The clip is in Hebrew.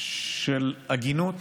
של הגינות,